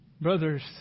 Brothers